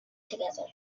together